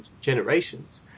generations